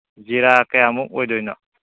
ꯖꯤꯔꯥ ꯀꯌꯥꯃꯨꯛ ꯑꯣꯏꯗꯣꯏꯅꯣ